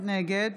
נגד